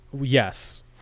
yes